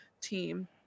team